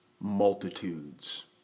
multitudes